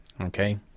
Okay